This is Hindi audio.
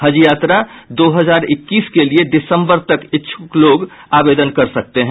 हज यात्रा दो हजार इक्कीस के लिये दिसंबर तक इच्छुक लोग आवेदन कर सकते हैं